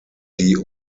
die